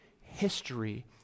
history